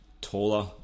taller